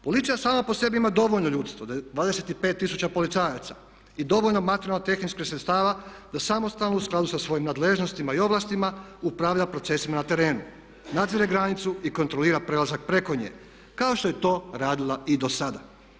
Policija sama po sebi ima dovoljno ljudstvo, 25 tisuća policajaca i dovoljno materijalno tehničkih sredstava da samostalno u skladu sa svojim nadležnostima i ovlastima upravlja procesima na terenu, nadzire granicu i kontrolira prelazak preko nje, kao što je to radila i do sada.